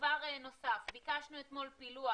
דבר נוסף, ביקשנו אתמול פילוח